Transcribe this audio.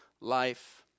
life